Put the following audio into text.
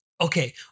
okay